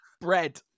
Bread